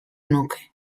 nuke